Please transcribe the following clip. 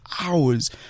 hours